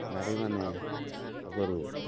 ନାରୀମାନେ ଆଗରୁ